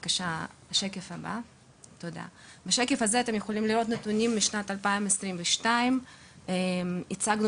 בשקף הזה אתם יכולים לראות נתונים משנת 2022. הצגנו